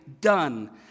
done